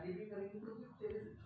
बाजारात माल कसा विकाले पायजे?